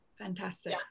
Fantastic